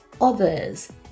others